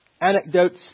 anecdotes